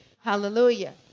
Hallelujah